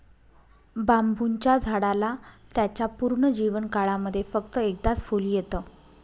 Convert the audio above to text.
बांबुच्या झाडाला त्याच्या पूर्ण जीवन काळामध्ये फक्त एकदाच फुल येत